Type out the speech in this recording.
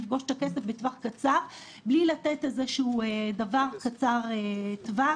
לפגוש את הכסף בטווח קצר בלי לתת איזהו דבר קצר טווח,